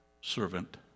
servant